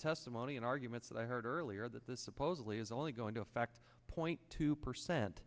testimony and arguments that i heard earlier that this supposedly is only going to affect point two percent